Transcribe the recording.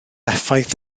effaith